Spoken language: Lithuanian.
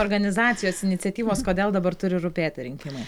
organizacijos iniciatyvos kodėl dabar turi rūpėti rinkimai